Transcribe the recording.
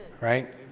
Right